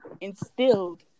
instilled